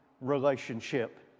relationship